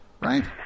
Right